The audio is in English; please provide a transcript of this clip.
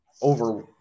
over